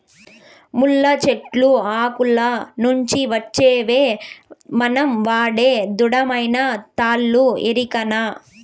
ముళ్ళ చెట్లు ఆకుల నుంచి వచ్చేవే మనం వాడే దృఢమైన తాళ్ళు ఎరికనా